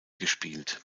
gespielt